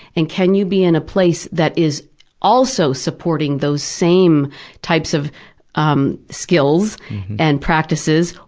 and can you be in a place that is also supporting those same types of um skills and practices,